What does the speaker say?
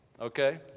Okay